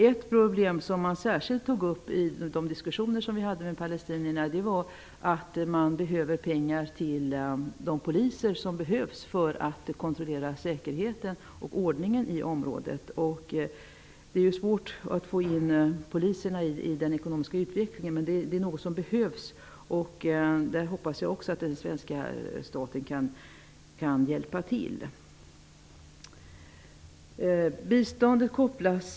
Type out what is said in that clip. Ett problem som man särskilt tog upp i de diskussioner vi hade med palestinierna var att man behöver pengar till de poliser som behövs för att kontrollera säkerheten och ordningen i området. Det är ju svårt att få in poliserna i den ekonomiska utvecklingen, men de behövs. Jag hoppas att svenska staten kan hjälpa till även på det området.